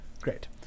Great